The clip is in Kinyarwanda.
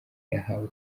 yahawe